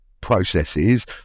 processes